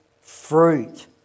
fruit